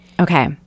Okay